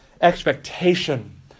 expectation